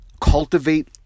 cultivate